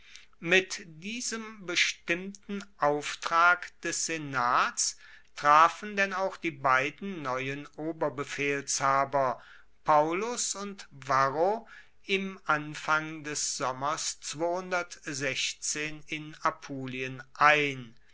mit diesem bestimmten auftrag des senats trafen denn auch die beiden neuen oberbefehlshaber paullus und varro im anfang des sommers in apulien ein